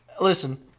listen